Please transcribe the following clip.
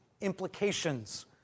implications